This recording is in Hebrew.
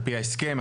ע"פ ההסכם,